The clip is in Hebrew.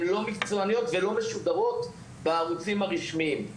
לא מקצועניות ולא משודרות בערוצים הרשמיים.